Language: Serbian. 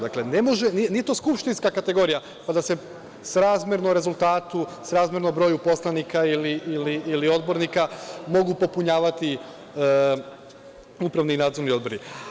Dakle, nije to skupštinska kategorija pa da se srazmerno rezultatu, srazmerno broju poslanika ili odbornika mogu popunjavati upravni i nadzorni odbori.